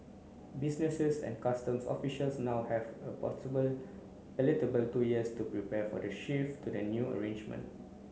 businesses and customs officials now have a palatable a little bit two years to prepare for the shift to the new arrangement